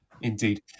Indeed